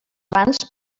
bans